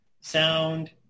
sound